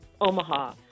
Omaha